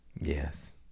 Yes